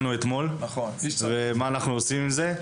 לנו אתמול ומה אנחנו עושים עם זה.